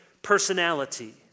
personality